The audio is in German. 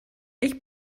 ich